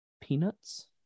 peanuts